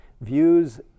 views